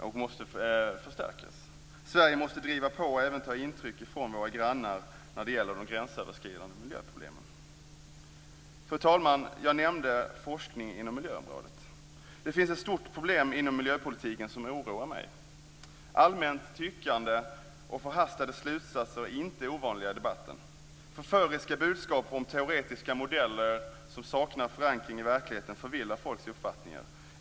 Det måste förstärkas. Sverige måste driva på och även ta intryck från våra grannar när det gäller de gränsöverskridande miljöproblemen. Fru talman! Jag nämnde forskning inom miljöområdet. Det finns ett stort problem inom miljöpolitiken som oroar mig. Allmänt tyckande och förhastade slutsatser är inte ovanliga i debatten. Förföriska budskap om teoretiska modeller som saknar förankring i verkligheten förvillar folks uppfattningar.